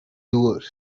doers